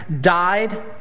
died